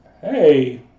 hey